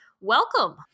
welcome